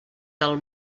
del